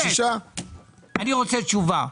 אני רוצה תשובה.